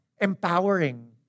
empowering